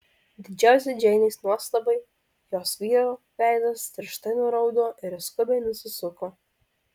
didžiausiai džeinės nuostabai jos vyro veidas tirštai nuraudo ir jis skubiai nusisuko